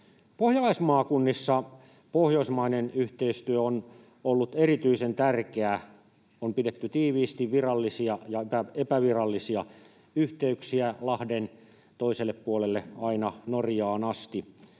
Pohjalaismaakunnissa pohjoismainen yhteistyö on ollut erityisen tärkeää. On pidetty tiiviisti virallisia ja epävirallisia yhteyksiä lahden toiselle puolelle aina Norjaan asti.